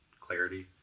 clarity